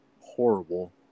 horrible